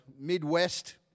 Midwest